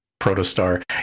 Protostar